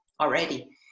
already